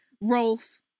Rolf